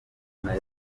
mazina